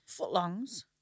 Footlongs